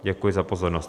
Děkuji za pozornost.